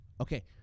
Okay